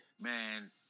Man